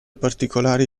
particolari